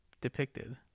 depicted